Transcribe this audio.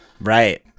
right